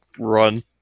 Run